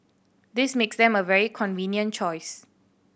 this makes them a very convenient choice